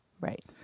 Right